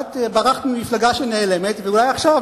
את ברחת ממפלגה שנעלמת ואולי עכשיו,